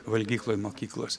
valgykloj mokyklos